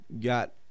got